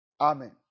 Amen